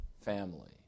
family